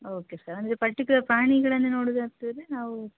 okay sir ಅಂದರೆ particular ಪ್ರಾಣಿಗಳನ್ನೇ ನೋಡುದು ಅಂತಂದರೆ ನಾವು